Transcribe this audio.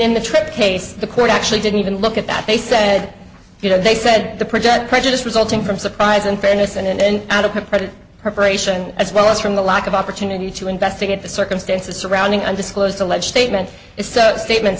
in the tripp case the court actually didn't even look at that they said you know they said the project prejudice resulting from surprise and fairness and the president preparation as well as from the lack of opportunity to investigate the circumstances surrounding undisclosed alleged statements is so statements